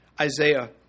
Isaiah